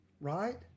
right